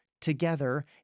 together